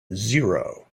zero